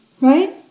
Right